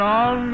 on